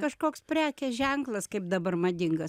kažkoks prekės ženklas kaip dabar madinga